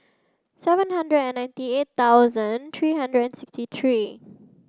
seven hundred and ninety eight thousand three hundred and sixty three